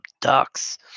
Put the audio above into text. ducks